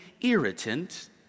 irritant